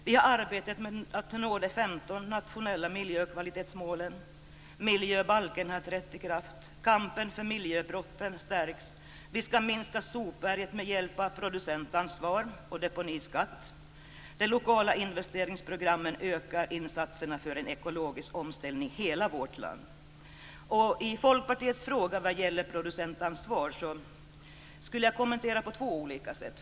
Vi har arbetet för att nå de 15 nationella miljökvalitetsmålen. Miljöbalken har trätt i kraft. Kampen mot miljöbrotten stärks. Vi ska minska sopberget med hjälp av producentansvar och deponiskatt. De lokala investeringsprogrammen ökar insatserna för en ekologisk omställning i hela vårt land. Folkpartiets fråga om producentansvar skulle jag vilja kommentera på två olika sätt.